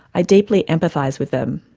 i deeply empathised with them.